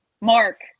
Mark